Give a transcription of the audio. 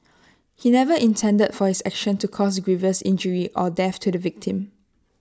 he never intended for his action to cause grievous injury or death to the victim